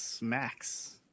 Max